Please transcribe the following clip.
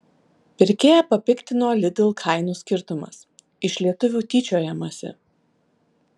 pirkėją papiktino lidl kainų skirtumas iš lietuvių tyčiojamasi